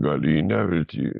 gal į neviltį